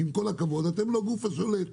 כי עם כל הכבוד אתם לא הגוף השולט.